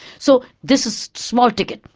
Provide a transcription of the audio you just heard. so this is small ticket,